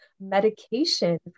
medication